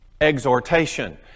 exhortation